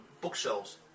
bookshelves